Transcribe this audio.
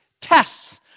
tests